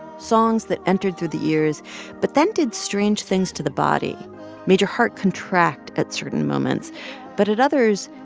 songs that entered through the ears but then did strange things to the body made your heart contract at certain moments but at others,